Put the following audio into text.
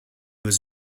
was